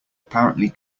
apparently